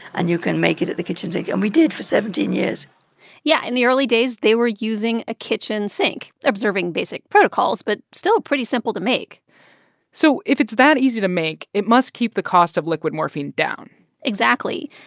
and you can make it at the kitchen sink. and we did for seventeen years yeah. in the early days, they were using a kitchen sink observing basic protocols but still pretty simple to make so if it's that easy to make, it must keep the cost of liquid morphine down exactly.